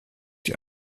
die